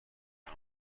کنم